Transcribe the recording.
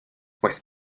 pues